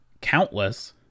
countless